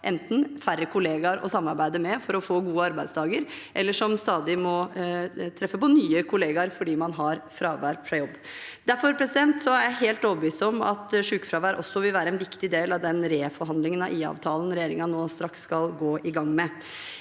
enten har færre kollegaer å samarbeide med for å få gode arbeidsdager, eller stadig må treffe på nye kollegaer fordi man har fravær fra jobb. Derfor er jeg helt overbevist om at sykefravær også vil være en viktig del av den reforhandlingen av IA-avtalen regjeringen nå straks skal gå i gang med.